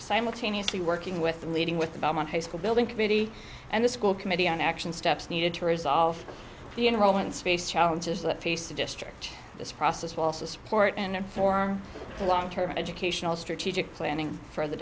simultaneously working with the leading with the belmont high school building committee and the school committee on action steps needed to resolve the enrolments faced challenges that face the district this process will also support and for the long term educational strategic planning for the